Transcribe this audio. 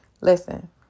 Listen